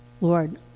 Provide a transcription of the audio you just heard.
Lord